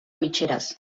mitgeres